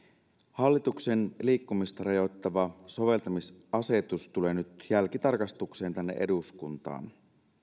hallituksen liikkumista rajoittava soveltamisasetus tulee nyt jälkitarkastukseen tänne eduskuntaan